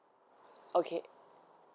okay